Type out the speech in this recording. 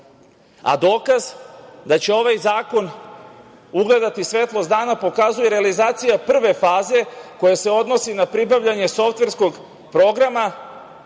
Dokaz da će ovaj zakon ugledati svetlost dana pokazuje i realizacija prve faze koja se odnosi na pribavljanje softverskog programa